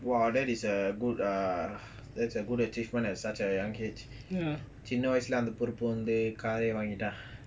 !wah! that is a good ah that's a good achievement at such a young age சின்ன வயசுலஅந்தபொறுப்புவந்து:chinna vayasula andha poruppu vandhu car eh வாங்கிட்டா:vangita